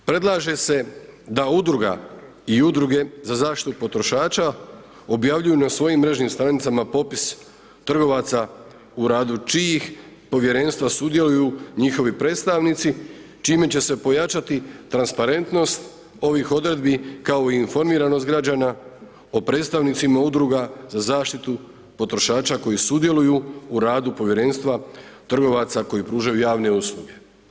Predlaže se da Udruga i Udruge za zaštitu potrošača objavljuju na svojim mrežnim stranicama popis trgovaca u radu čijih Povjerenstva sudjeluju njihovi predstavnici, čime će se pojačati transparentnost ovih odredbi, kao i informiranost građana o predstavnicima Udruga za zaštitu potrošača koji sudjeluju u radu Povjerenstva trgovaca koji pružaju javne usluge.